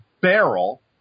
barrel